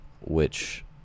which-